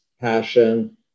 passion